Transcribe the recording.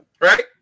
Right